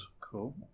Cool